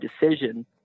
decision